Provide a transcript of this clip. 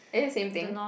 is it same thing